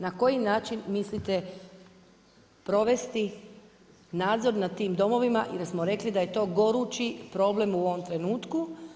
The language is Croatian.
Na koji način mislite provesti nadzor nad tim domovima i da smo rekli da je to gorući problem u ovom trenutku.